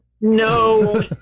No